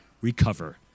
recover